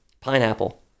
Pineapple